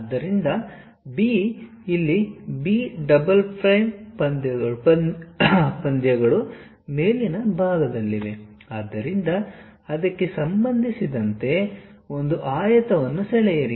ಆದ್ದರಿಂದ B ಇಲ್ಲಿ B ಡಬಲ್ ಪ್ರೈಮ್ ಪಂದ್ಯಗಳು ಮೇಲಿನ ಭಾಗದಲ್ಲಿವೆ ಆದ್ದರಿಂದ ಅದಕ್ಕೆ ಸಂಬಂಧಿಸಿದಂತೆ ಒಂದು ಆಯತವನ್ನು ಸೆಳೆಯಿರಿ